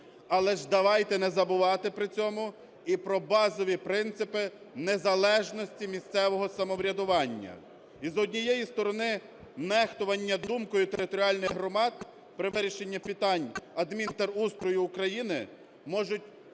Але ж давайте не забувати при цьому і про базові принципи незалежності місцевого самоврядування. І, з однієї сторони, нехтування думкою територіальних громад при вирішенні питань адмінтерустрою України можуть